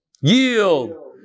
yield